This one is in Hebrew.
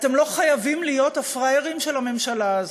אתם לא חייבים להיות הפראיירים של הממשלה הזאת.